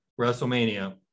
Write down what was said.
Wrestlemania